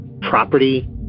property